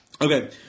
Okay